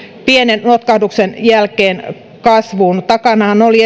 pienen notkahduksen jälkeen kasvuun edellisenä kertomusvuonnahan takana oli